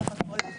בסך-הכול,